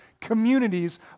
communities